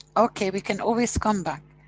okay, we can always come back.